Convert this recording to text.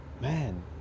Man